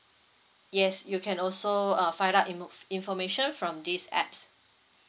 yes you can also uh find out info information from this apps